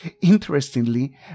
Interestingly